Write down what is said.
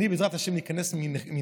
אני, בעזרת השם, איכנס מהנגדה.